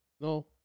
No